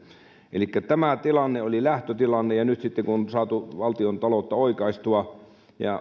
tämä tilanne oli lähtötilanne ja nyt sitten kun on saatu valtiontaloutta oikaistua